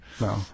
No